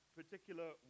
particular